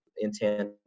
intent